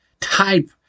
type